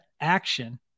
action